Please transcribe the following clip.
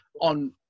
on